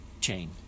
chain